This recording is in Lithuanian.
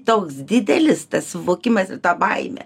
toks didelis tas suvokimas ir ta baimė